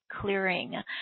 Clearing